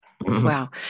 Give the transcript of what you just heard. wow